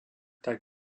tak